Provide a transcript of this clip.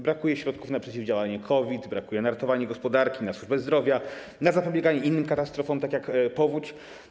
Brakuje środków na przeciwdziałanie COVID, brakuje na ratowanie gospodarki, na służbę zdrowia, na zapobieganie innym katastrofom, takim jak powódź.